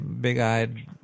big-eyed